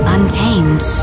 Untamed